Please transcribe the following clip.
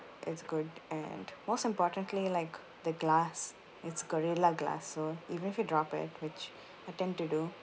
it's good and most importantly like the glass it's gorilla glass so even if you drop it which I tend to do